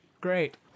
Great